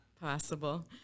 Possible